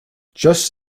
just